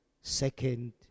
Second